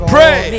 Pray